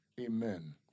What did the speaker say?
Amen